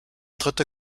dritte